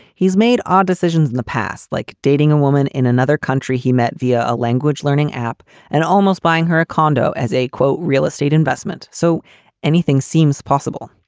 he's made odd decisions in the past, like dating a woman in another country. he met via a a language learning app and almost buying her a condo as a quote, real estate investment. so anything seems possible.